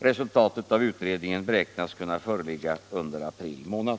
Resultatet av utredningen beräknas kunna föreligga under april månad.